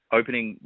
opening